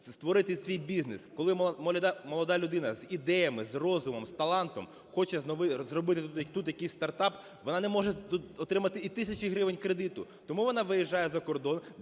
створити свій бізнес. Коли молода людина з ідеями, з розумом, з талантом хоче зробити тут якийсь стартап, вона не може отримати і тисячі гривень кредиту, тому вона виїжджає за кордон,